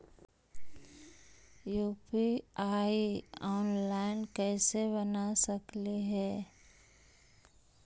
UPI online कैसे बना सकली हे?